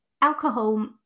Alcohol